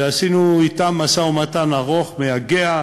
ועשינו אתם משא-ומתן ארוך, מייגע,